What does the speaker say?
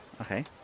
Okay